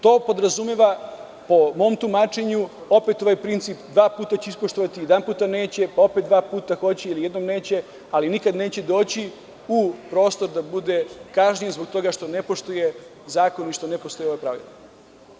To podrazumeva po mom tumačenju opet ovaj princip – dva puta će ispoštovati, jedanputa neće, pa opet dva puta hoće ili jednom neće, ali nikada neće doći u prostor da bude kažnjen zbog toga što ne poštuje zakon i što ne poštuje ovo pravilo.